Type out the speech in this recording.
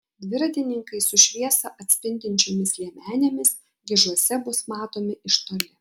dviratininkai su šviesą atspindinčiomis liemenėmis gižuose bus matomi iš toli